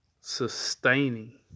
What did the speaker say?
sustaining